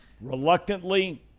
Reluctantly